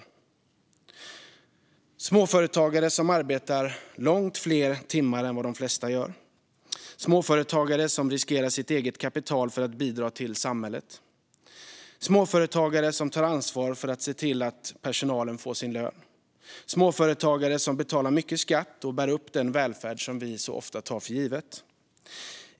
Det här är småföretagare som arbetar långt fler timmar än vad de flesta gör, småföretagare som riskerar sitt eget kapital för att bidra till samhället, småföretagare som tar ansvar för att se till att personalen får sin lön och småföretagare som betalar mycket skatt och bär upp den välfärd som vi så ofta tar för given.